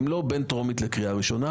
הן לא בין טרומית לקריאה ראשונה.